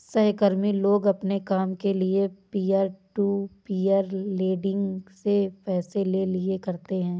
सहकर्मी लोग अपने काम के लिये पीयर टू पीयर लेंडिंग से पैसे ले लिया करते है